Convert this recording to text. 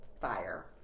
fire